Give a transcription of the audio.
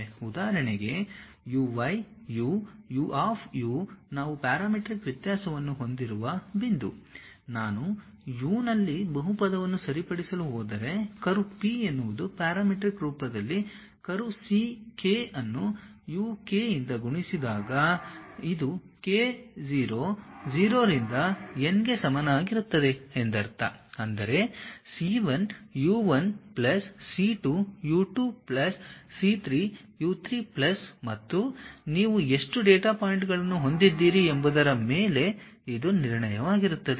ಉದಾಹರಣೆಗೆ U Y U U of U ನಾವು parametric ವ್ಯತ್ಯಾಸವನ್ನು ಹೊಂದಿರುವ ಬಿಂದು ನಾನು U ನಲ್ಲಿ ಬಹುಪದವನ್ನು ಸರಿಪಡಿಸಲು ಹೋದರೆ ಕರ್ವ್ P ಎನ್ನುವುದು ಪ್ಯಾರಾಮೀಟ್ರಿಕ್ ರೂಪದಲ್ಲಿ ಕರ್ವ್ c k ಅನ್ನು u k ಇಂದ ಗುಣಿಸಿದಾಗ ಇದು k 0 0 ರಿಂದ n ಗೆ ಸಮನಾಗಿರುತ್ತದೆ ಎಂದರ್ಥ ಅಂದರೆ C1 U 1 plus C 2 U 2 plus C 3 U 3 plus ಮತ್ತು ನೀವು ಎಷ್ಟು ಡೇಟಾ ಪಾಯಿಂಟ್ಗಳನ್ನು ಹೊಂದಿದ್ದೀರಿ ಎಂಬುದರ ಮೇಲೆ ಇದು ನಿರ್ಣಯವಾಗಿರುತ್ತದೆ